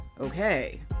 Okay